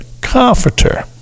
comforter